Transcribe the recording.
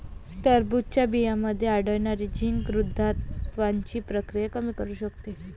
टरबूजच्या बियांमध्ये आढळणारे झिंक वृद्धत्वाची प्रक्रिया कमी करू शकते